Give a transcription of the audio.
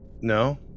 No